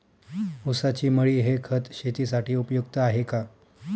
ऊसाची मळी हे खत शेतीसाठी उपयुक्त आहे का?